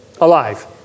Alive